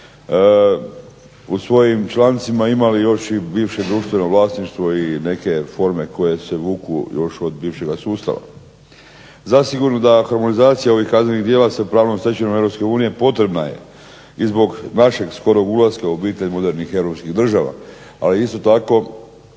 u svojim člancima imali još i bivše društveno vlasništvo i neke forme koje se vuku još od bivšega sustava. Zasigurno da harmonizacija ovih kaznenih djela sa pravnom stečevinom Europske unije potrebna je i zbog našeg skorog ulaska u obitelj modernih europskih država, ali isto tako